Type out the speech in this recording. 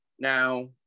Now